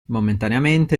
momentaneamente